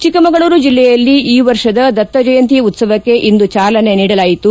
ಚಿಕ್ಕಮಗಳೂರು ಜಿಲ್ಲೆಯಲ್ಲಿ ಈ ವರ್ಷದ ದತ್ತ ಜಯಂತಿ ಉತವಕ್ಕೆ ಇಂದು ಚಾಲನೆ ನೀಡಲಾಯಿತು